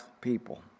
people